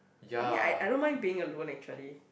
I mean I I don't mind being alone actually